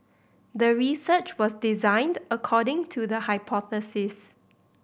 the research was designed according to the hypothesis